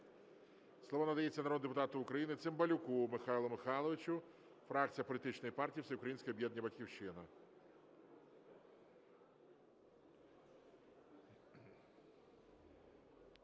Слово надається народному депутату України Цимбалюку Михайлу Михайловичу, фракція політичної партії Всеукраїнське об'єднання